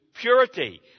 purity